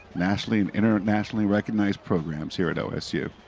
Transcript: nationally and internationally recognized programs here at osu.